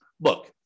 look